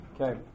Okay